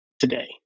today